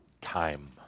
time